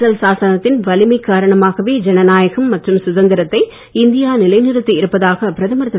அரசியல் சாசனத்தின் வலிமை காரணமாகவே ஜனநாயகம் மற்றும் சுதந்திரத்தை இந்தியா நிலைநிறுத்தி இருப்பதாக பிரதமர் திரு